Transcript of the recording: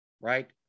right